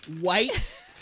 white